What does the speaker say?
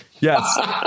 Yes